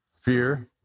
fear